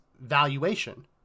valuation